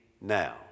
now